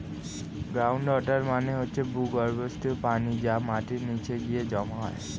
ground water মানে হচ্ছে ভূগর্ভস্থ পানি যা মাটির নিচে গিয়ে জমা হয়